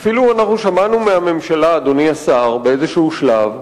אדוני השר, אנחנו אפילו שמענו מהממשלה באיזה שלב,